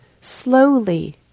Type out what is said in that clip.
slowly